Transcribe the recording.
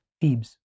Thebes